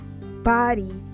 body